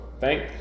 thank